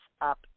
up